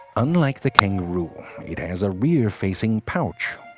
unlike the kangaroo it has a rear-facing pouch.